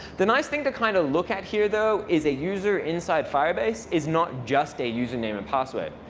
the nice thing to kind of look at here, though, is a user inside firebase is not just a username and password.